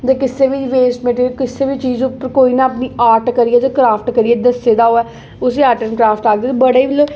कुसै बी waste material कुसै बी चीज़ उप्पर में आर्ट करियै क्राफ्ट करियै दस्से दा होऐ उसी आर्ट एंड क्राफ्ट आखदे बड़े गै लोक